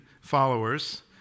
followers